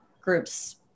groups